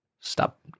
Stop